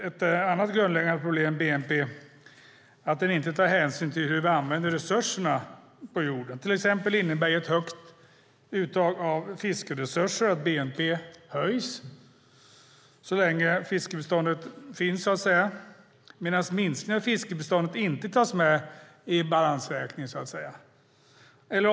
Ett annat grundläggande problem med bnp är att den inte tar hänsyn till hur vi använder resurserna på jorden. Till exempel innebär ett högt uttag av fiskeresurser att bnp höjs så länge fiskebeståndet finns, men en minskning av fiskebeståndet tas inte med i balansräkningen.